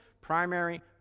primary